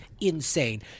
insane